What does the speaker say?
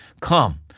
Come